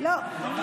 לא.